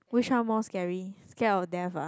which one more scary scared of death ah